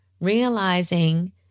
realizing